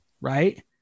right